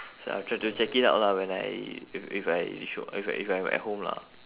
so I'll try to check it out lah when I if if I sh~ if I if I'm at home lah